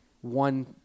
one